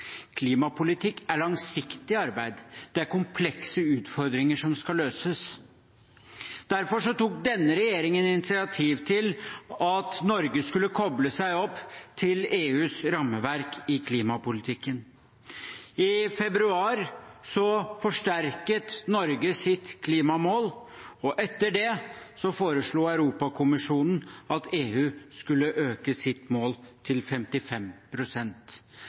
Klimapolitikk er langsiktig arbeid. Det er komplekse utfordringer som skal løses. Derfor tok denne regjeringen initiativ til at Norge skulle koble seg opp til EUs rammeverk i klimapolitikken. I februar forsterket Norge sitt klimamål, og etter det foreslo Europakommisjonen at EU skulle øke sitt mål til